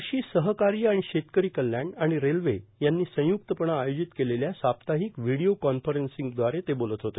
कृषी सहकार्य आणि शेतकरी कल्याण आणि रेल्वे यांनी संयुक्तपणे आयोजित केलेल्या साप्ताहिक व्हिडिओ कॉन्फरन्सिंगद्वारे ते बोलत होते